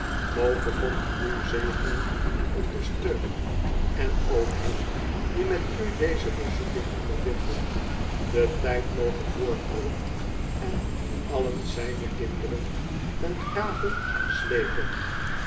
moge god u zegenen en ondersteunen en ook hen die met u deze bezoeking ondervinden de tijd moge voortrollen en allen zb'ne kinderen ten grave slepen